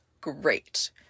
Great